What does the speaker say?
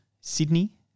Sydney